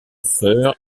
sœur